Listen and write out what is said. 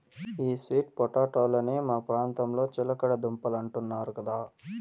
ఈ స్వీట్ పొటాటోలనే మా ప్రాంతంలో చిలకడ దుంపలంటున్నారు కదా